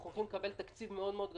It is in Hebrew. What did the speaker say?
אנחנו הולכים לקבל תקציב גדול מאוד ממשרד